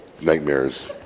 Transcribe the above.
nightmares